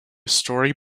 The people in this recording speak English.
story